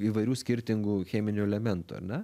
įvairių skirtingų cheminių elementų ar ne